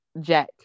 Jack